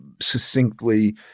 succinctly